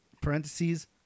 Parentheses